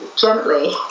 gently